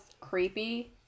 creepy